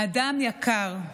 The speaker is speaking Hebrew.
האדם יקר.